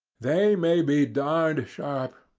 they may be darned sharp,